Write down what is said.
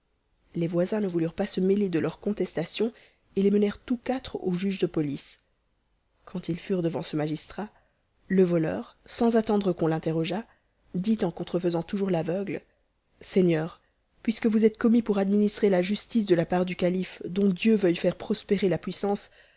les voisins ne voulurent pas se mêler de leur contestation et les menèrent tous quatre au juge de police quand ils furent devant ce magistrat le voleur sans attendre qu'on l'interrogeât dit en contrefaisant toujours l'aveugle seigneur puisque vous êtes commis pour administrer la justice de la part du calife dont dieu veuille faire prospérer la puissance